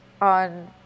on